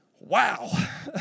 Wow